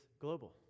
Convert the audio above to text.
global